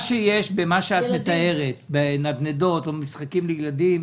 מה שאת מתארת על פגיעה בנדנדות או במשחקים לילדים,